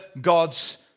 God's